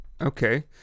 Okay